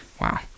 Wow